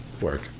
work